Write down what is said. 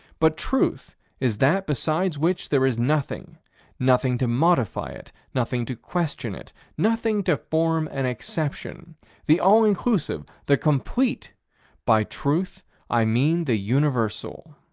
but truth is that besides which there is nothing nothing to modify it, nothing to question it, nothing to form an exception the all-inclusive, the complete by truth i mean the universal.